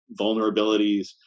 vulnerabilities